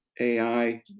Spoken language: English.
AI